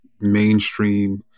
mainstream